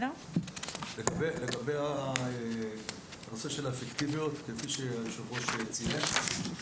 לגבי הנושא של האפקטיביות: כפי שהיושב ראש ציין,